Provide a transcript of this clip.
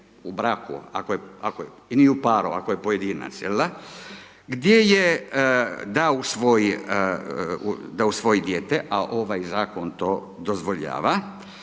u braku i nije u paru, ako je pojedinac, jel da, gdje je, da usvoji dijete, a ovaj Zakon to dozvoljava,